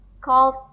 called